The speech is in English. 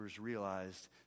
realized